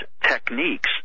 techniques